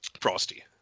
Frosty